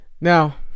Now